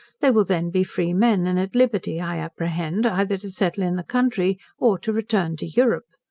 they will then be free men, and at liberty, i apprehend, either to settle in the country, or to return to europe.